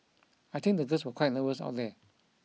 I think this were quite nervous out there